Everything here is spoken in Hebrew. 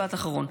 משפט אחרון.